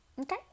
okay